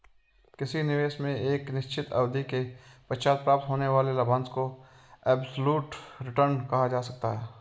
किसी निवेश में एक निश्चित अवधि के पश्चात प्राप्त होने वाले लाभांश को एब्सलूट रिटर्न कहा जा सकता है